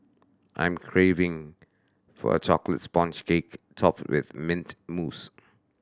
I am craving for a chocolate sponge cake topped with mint mousse